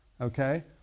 Okay